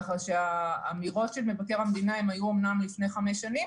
ככה שהאמירות של מבקר המדינה היו אומנם לפני חמש שנים,